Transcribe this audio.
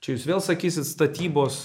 čia jūs vėl sakysit statybos